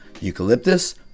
eucalyptus